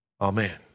Amen